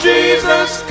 Jesus